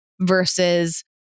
versus